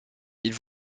ils